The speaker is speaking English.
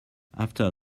after